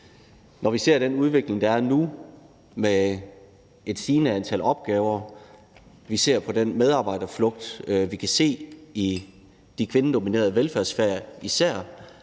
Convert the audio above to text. Når vi ser den udvikling, der er nu, med et stigende antal opgaver og den medarbejderflugt, vi kan se især i de kvindedominerede velfærdsfag og